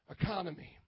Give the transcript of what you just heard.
economy